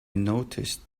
noticed